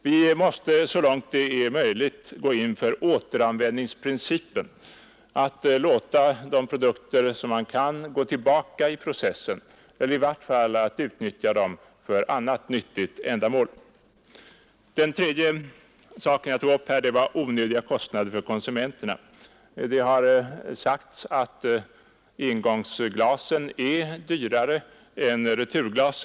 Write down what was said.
Vi måste så långt det är möjligt tillämpa återanvändningsprincipen; produkterna måste gå tillbaka i processen. I varje fall måste vi utnyttja dem för annat nyttigt ändamål. Den tredje punkt som jag tog upp var onödiga kostnader för konsumenterna. Det har redan påpekats att engångsglas är dyrare än returglas.